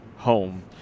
home